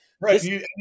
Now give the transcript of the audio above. right